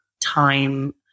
time